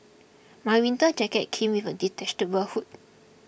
my winter jacket came with a detachable hood